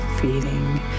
feeling